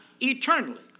eternally